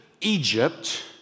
Egypt